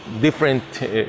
different